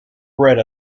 bred